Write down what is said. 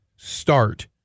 start